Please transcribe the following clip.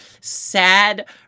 sad